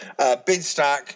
Bidstack